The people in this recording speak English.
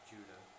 Judah